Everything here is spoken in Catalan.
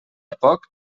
poc